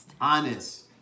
Honest